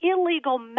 illegal